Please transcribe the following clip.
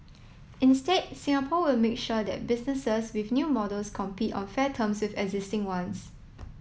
instead Singapore will make sure that businesses with new models compete on fair terms with existing ones